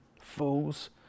Fools